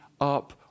up